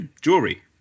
jewelry